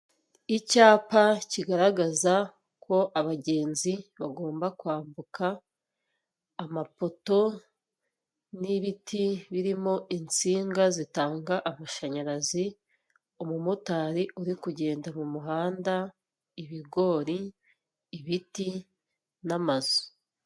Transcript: Icyapa kigaragaza ko abagenzi bagomba kwambuka, amapoto n'ibiti birimo insinga zitanga amashanyarazi, umumotari uri kugenda mu muhanda, ibigori, ibiti, n'amazu.